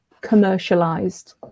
commercialized